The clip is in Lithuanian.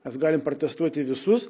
mes galim pratestuoti visus